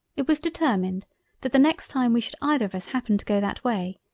it was determined that the next time we should either of us happen to go that way,